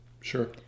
Sure